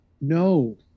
No